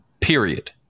period